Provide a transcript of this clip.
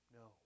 No